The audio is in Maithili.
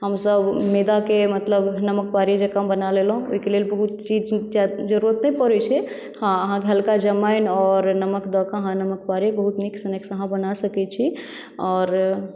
हमसभ मैदाके मतलब नमकदारे बना लेलहुँ ओहिकेँ लेल बहुत जरुरत नहि पड़ैत छै हँ अहाँकेँ हल्का जमाइन आओर नमक दऽ कऽ अहाँ नमकदारे बहुत नीक स्नेक्स अहाँ बना सकै छी आओर